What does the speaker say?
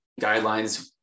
guidelines